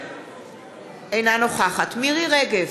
אינה נוכחת מירי רגב,